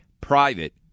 Private